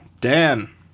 Dan